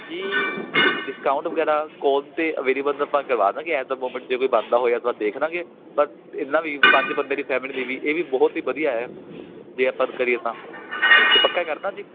ਜੀ ਡਿਸਕਾਊਂਟ ਵਗੈਰਾ ਕੋਨ 'ਤੇ ਅਵੇਲੇਬਲ ਆਪਾਂ ਕਰਵਾ ਦਾਂਗੇ ਐਟ ਦਾ ਮੂਮੈਂਟ ਜੇ ਕੋਈ ਬਣਦਾ ਹੋਇਆ ਤਾਂ ਦੇਖ ਲਾਂਗੇ ਪਰ ਇੰਨਾ ਵੀ ਪੰਜ ਬੰਦੇ ਦੀ ਫੈਮਲੀ ਲਈ ਵੀ ਇਹ ਵੀ ਬਹੁਤ ਹੀ ਵਧੀਆ ਹੈ ਜੇ ਆਪਾਂ ਕਰੀਏ ਤਾਂ ਅਤੇ ਪੱਕਾ ਕਰਦਾ ਜੀ